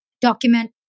document